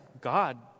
God